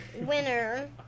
winner